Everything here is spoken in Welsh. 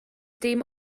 dim